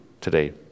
today